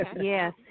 Yes